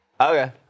Okay